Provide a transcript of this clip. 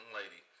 lady